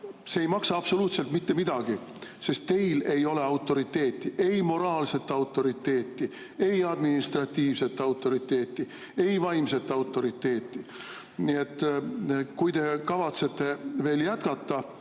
See ei maksa absoluutselt mitte midagi, sest teil ei ole autoriteeti – ei moraalset autoriteeti, ei administratiivset autoriteeti, ei vaimset autoriteeti. Nii et kui te kavatsete veel jätkata